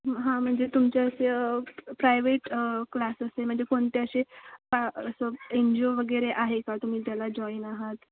हां म्हणजे तुमचे असे प्रायवेट क्लास असते म्हणजे कोणते असे असं एन जी ओ वगैरे आहे का तुम्ही त्याला जॉईन आहात